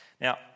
Now